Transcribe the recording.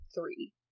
three